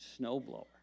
snowblower